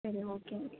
சரி ஓகே